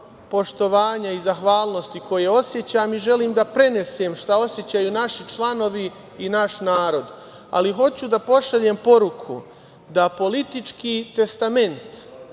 i zahvalnosti koje osećam i želim da prenesem šta osećaju naši članovi i naš narod, ali hoću da pošaljem poruku da politički testament